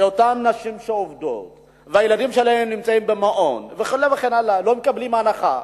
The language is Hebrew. אותן נשים שעובדות והילדים שלהן נמצאים במעון והן לא מקבלות הנחה.